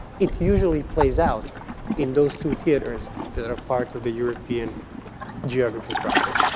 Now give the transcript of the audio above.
it usually plays out in those two theaters that are part of the european geography proper.